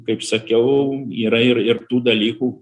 kaip sakiau yra ir ir tų dalykų